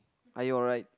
are you alright